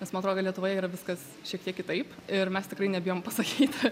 nes man atrodo lietuvoje yra viskas šiek tiek kitaip ir mes tikrai nebijom pasakyt